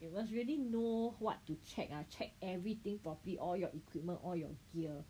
you must really know what to check ah check everything properly all your equipment all your gear